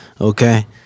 okay